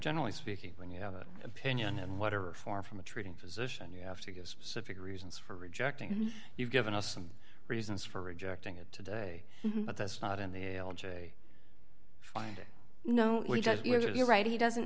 generally speaking when you have an opinion and whatever far from a treating physician you have to give specific reasons for rejecting you've given us some reasons for rejecting it today but that's not in the l j find it no you just you're right he doesn't